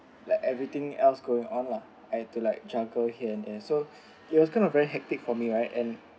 like everything else going on lah I had to like juggle here and there so it was kind of very hectic for me right and